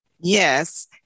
Yes